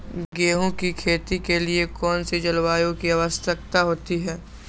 गेंहू की खेती के लिए कौन सी जलवायु की आवश्यकता होती है?